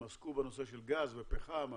הם עסקו בנושא של גז ופחם,